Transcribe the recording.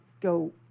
go